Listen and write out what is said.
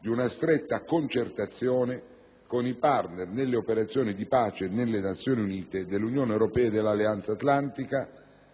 di una stretta concertazione con i *partner* nelle operazioni di pace delle Nazioni Unite, dell'Unione europea e dell'Alleanza Atlantica,